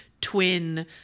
twin